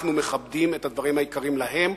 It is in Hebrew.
אנחנו מכבדים את הדברים היקרים להם,